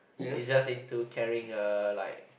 he's just into carrying uh like